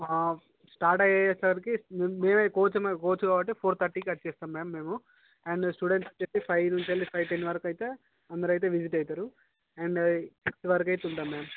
ఆ స్టార్ట్ అయ్యే సరికి మేమే కోచ్ కోచ్ కాబట్టి ఫోర్ థర్టీ కి వచ్చేస్తాం మ్యామ్ మేము అండ్ స్టూడెంట్ కు చెప్పి ఫైవ్ నుంచి ఫైవ్ టెన్ వరకు ఐతే అందరూ విజిట్ అవుతారు అండ్ సిక్స్ వరకు అయితే ఉంటాం మ్యామ్